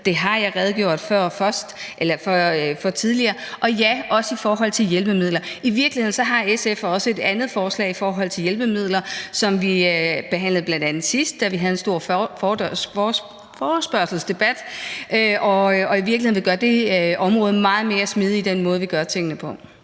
Det har jeg redegjort for tidligere. Og også ja i forhold til hjælpemidler. I virkeligheden har SF også et andet forslag i forhold til hjælpemidler, som vi bl.a. behandlede, sidst vi havde en stor forespørgselsdebat. Vi vil gøre det område meget mere smidigt i den måde, man gør tingene på.